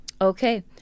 Okay